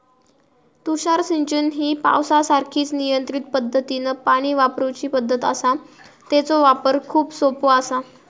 तुषार सिंचन ही पावसासारखीच नियंत्रित पद्धतीनं पाणी वापरूची पद्धत आसा, तेचो वापर खूप सोपो आसा